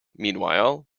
meanwhile